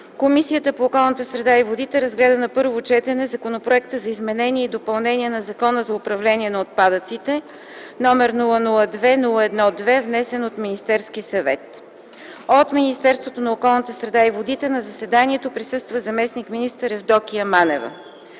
Комисията по околната среда и водите разгледа на първо четене Законопроект за изменение и допълнение на Закона за управление на отпадъците, № 002-01-2, внесен от Министерския съвет на 6 януари 2010 г. От Министерството на околната среда и водите на заседанието присъства заместник-министър Евдокия Манева.